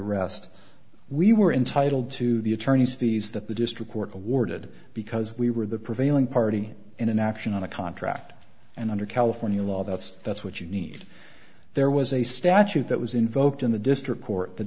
rest we were entitled to the attorney's fees that the district court awarded because we were the prevailing party in an action on a contract and under california law that's that's what you need there was a statute that was invoked in the district court that